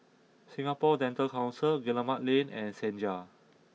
Singapore Dental Council Guillemard Lane and Senja